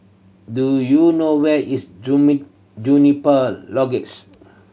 do you know where is Juniper